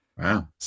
Wow